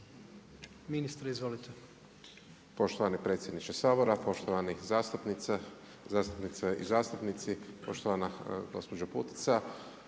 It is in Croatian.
Marko (HDZ)** Poštovani predsjedniče Sabora, poštovane zastupnice i zastupnici, poštovana gospođo Putica.